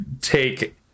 take